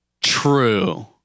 True